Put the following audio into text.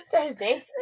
thursday